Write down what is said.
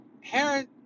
Herod